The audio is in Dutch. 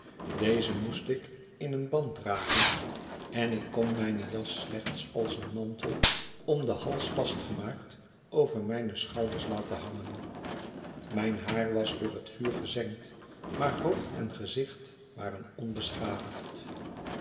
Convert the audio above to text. deze moest ik in een band dragen en ik kon mijne jas slechts als een mantel om den hals vastgemaakt over mijne schouders laten hangen mijn haar was door het vuur gezengd maar hoofd en gezicht waren onbeschadigd